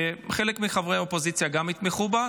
שחלק מחברי האופוזיציה גם יתמכו בה,